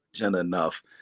enough